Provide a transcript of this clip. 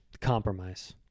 compromise